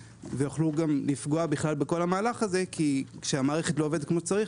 ויוכלו גם לפגוע בכל המהלך הזה כי כשהמערכת לא עובדת כפי שצריך